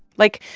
like,